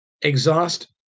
exhaust